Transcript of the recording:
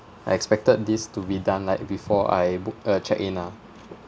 I expected this to be done like before I book uh check in ah